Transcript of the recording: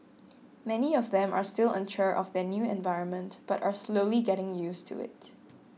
many of them are still unsure of their new environment but are slowly getting used to it